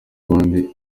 abandi